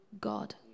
God